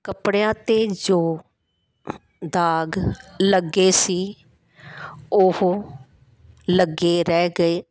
ਕੱਪੜਿਆਂ 'ਤੇ ਜੋ ਦਾਗ਼ ਲੱਗੇ ਸੀ ਉਹ ਲੱਗੇ ਰਹਿ ਗਏ